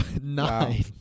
Nine